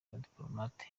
badipolomate